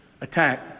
attack